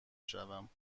شوم